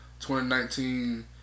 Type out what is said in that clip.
2019